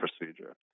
procedure